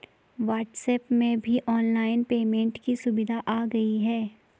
WhatsApp में भी online payment की सुविधा आ गई है